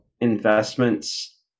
investments